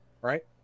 right